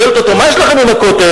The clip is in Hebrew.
שואלת אותו: מה יש לכם עם הכותל?